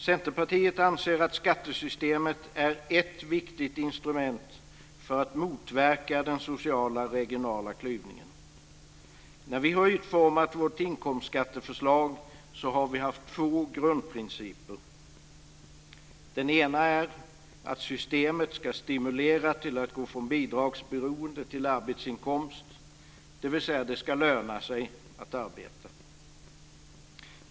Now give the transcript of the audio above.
Centerpartiet anser att skattesystemet är ett viktigt instrument för att motverka den sociala och regionala klyvningen. När vi har utformat vårt inkomstskatteförslag har vi haft två grundprinciper. Den ena är att systemet ska stimulera till att gå från bidragsberoende till arbetsinkomst, dvs. att det ska löna sig att arbeta.